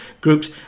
groups